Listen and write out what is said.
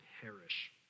perish